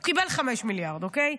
הוא קיבל 5 מיליארד, אוקיי?